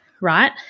right